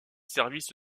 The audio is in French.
services